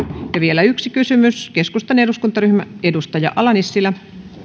vielä yksi kysymys keskustan eduskuntaryhmä edustaja ala nissilä